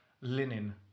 linen